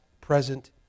present